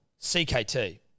CKT